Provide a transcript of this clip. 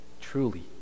truly